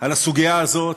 על הסוגיה הזאת,